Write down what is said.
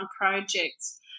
projects